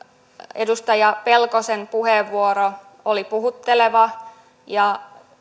edustaja pelkosen puheenvuoro oli puhutteleva ja